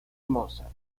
mozart